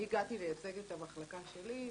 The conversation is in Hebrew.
אני הגעתי לייצג את המחלקה שלי.